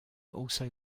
also